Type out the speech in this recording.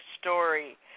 story